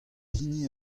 hini